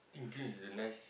think June is a nice